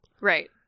Right